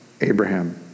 Abraham